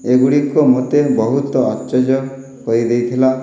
ଏଗୁଡ଼ିକ ମୋତେ ବହୁତ ଆଶ୍ଚର୍ଯ୍ୟ କରିଦେଇଥିଲା